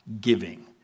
giving